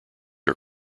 are